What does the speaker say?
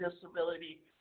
disability